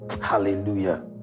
Hallelujah